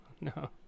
No